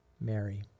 Mary